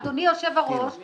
אדוני היושב-ראש, זה כלי